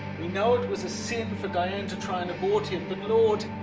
we know it was a sin for diane to try and abort him, but lord,